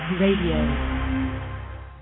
Radio